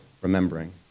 remembering